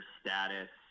status